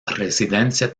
residencia